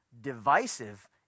Divisive